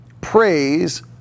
Praise